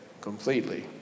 completely